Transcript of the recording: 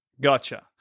Gotcha